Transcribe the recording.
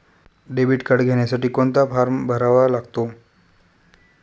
Debit card घेण्यासाठी कोणता form भरावा लागतो?